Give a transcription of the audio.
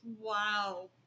Wow